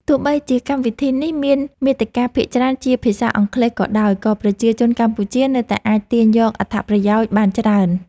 ទោះបីជាកម្មវិធីនេះមានមាតិកាភាគច្រើនជាភាសាអង់គ្លេសក៏ដោយក៏ប្រជាជនកម្ពុជានៅតែអាចទាញយកអត្ថប្រយោជន៍បានច្រើន។